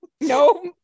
no